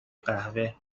قهوه